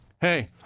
hey